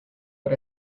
but